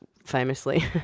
Famously